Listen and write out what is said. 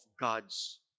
God's